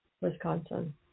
Wisconsin